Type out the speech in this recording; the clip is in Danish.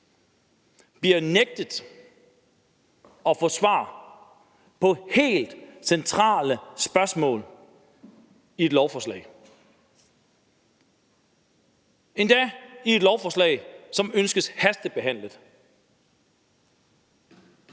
bliver nægtet at få svar på helt centrale spørgsmål i forbindelse med et lovforslag – endda et lovforslag, som ønskes hastebehandlet.